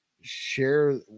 share